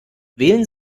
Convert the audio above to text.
wählen